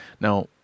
now